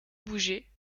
bouger